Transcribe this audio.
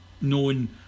known